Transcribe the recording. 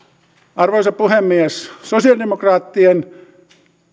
arvoisa puhemies kun sosialidemokraattien